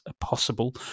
possible